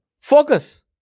Focus